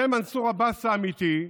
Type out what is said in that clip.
זה מנסור עבאס האמיתי,